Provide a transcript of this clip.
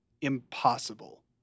impossible